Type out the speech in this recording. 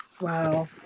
Wow